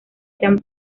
jean